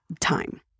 time